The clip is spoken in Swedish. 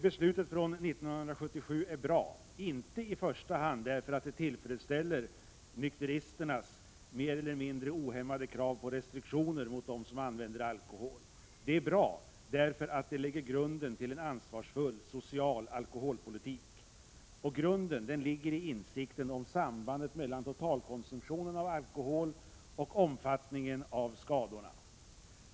Beslutet från 1977 är bra, inte i första hand därför att det tillfredsställer nykteristernas mer eller mindre ohämmade krav på restriktioner mot dem som använder alkohol. Det är bra därför att det lägger grunden till en ansvarsfull, social alkoholpolitik. Grunden ligger i insikten om sambandet mellan totalkonsumtionen av alkohol och omfattningen av skadorna.